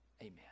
amen